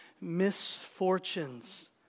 misfortunes